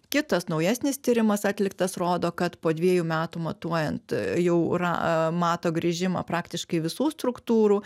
kitas naujesnis tyrimas atliktas rodo kad po dviejų metų matuojant jau ra a mato grįžimą praktiškai visų struktūrų